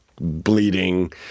bleeding